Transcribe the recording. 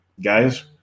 guys